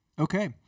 Okay